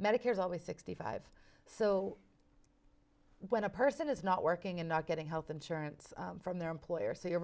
medicare is always sixty five so when a person is not working and not getting health insurance from their employer so you're